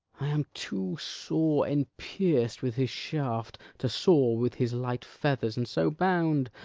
i am too sore enpierced with his shaft to soar with his light feathers and so bound,